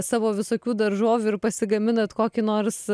savo visokių daržovių ir pasigaminat kokį nors